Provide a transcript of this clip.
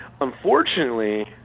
Unfortunately